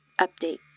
Update